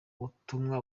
butumwa